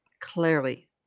Clearly